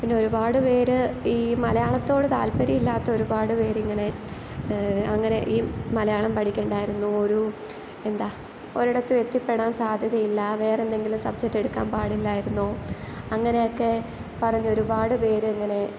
പിന്നെ ഒരുപാട് പേർ ഈ മലയാളത്തോട് താല്പര്യം ഇല്ലാത്ത ഒരുപാട് പേർ ഇങ്ങനെ അങ്ങനെ ഈ മലയാളം പഠിക്കണ്ടായിരുന്നു ഒരു എന്താ ഒരിടത്തും എത്തിപ്പെടാൻ സാധ്യതയില്ല വേറെന്തെങ്കിലും സബ്ജെക്ട് എടുക്കാൻ പാടില്ലായിരുന്നോ അങ്ങനെയൊക്കെ പറഞ്ഞ് ഒരുപാട് പേർ ഇങ്ങനെ